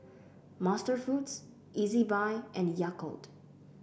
MasterFoods Ezbuy and Yakult